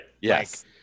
Yes